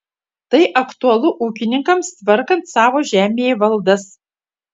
tai aktualu ūkininkams tvarkant savo žemėvaldas